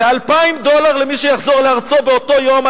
ו-2,000 דולר למי שיחזור לארצו באותו יום.